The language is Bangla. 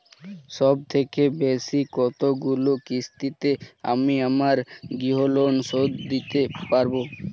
সবথেকে বেশী কতগুলো কিস্তিতে আমি আমার গৃহলোন শোধ দিতে পারব?